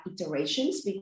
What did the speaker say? iterations